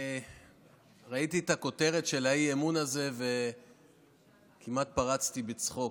ראיתי את הכותרת של האי-אמון הזה וכמעט פרצתי בצחוק.